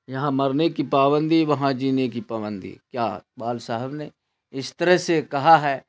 یہاں مرنے کی پابندی وہاں جینے کی پابندی کیا اقبال صاحب نے اس طرح سے کہا ہے